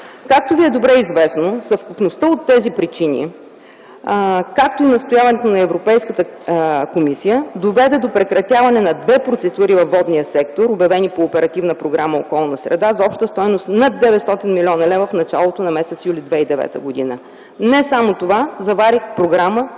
Както Ви е добре известно, съвкупността от тези причини, както и настояването на Европейската комисия, доведе до прекратяването на две процедури във водния сектор, обявени по Оперативна програма „Околна среда” за обща стойност над 900 млн. лв. в началото на м. юли 2009 г. Не само това, но заварих програмата с